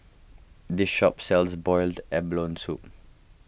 this shop sells Boiled Abalone Soup